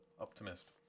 Optimist